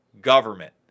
government